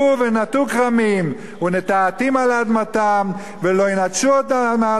ונטעתים על אדמתם ולא ינתשו עוד מעל